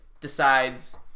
decides